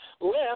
left